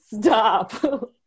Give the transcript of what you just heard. stop